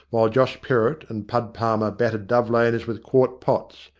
while josh perrott and pud palmer battered dove laners with quart pots.